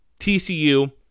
TCU